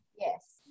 Yes